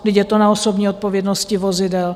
Vždyť je to na osobní odpovědnosti vozidel?